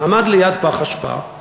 עמד ליד פח אשפה,